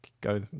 go